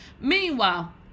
Meanwhile